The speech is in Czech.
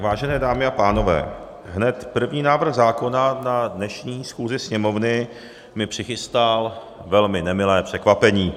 Vážené dámy a pánové, hned první návrh zákona na dnešní schůzi Sněmovny mi přichystal velmi nemilé překvapení.